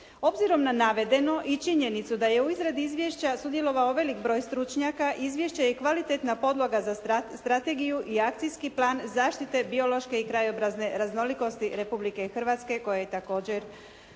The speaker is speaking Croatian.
Obzirom na navedeno, i činjenicu da je u izradi izvješća sudjelovao velik broj stručnjaka izvješće je kvalitetna podloga za strategiju i akcijski plan zaštite biološke i krajobrazne raznolikosti Republike Hrvatske koja je također